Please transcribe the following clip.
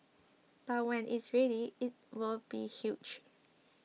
but when it's ready it'll be huge